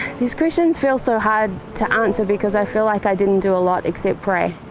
these questions feel so hard to answer, because i feel like i didn't do a lot except pray.